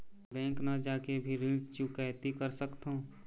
Bank न जाके भी ऋण चुकैती कर सकथों?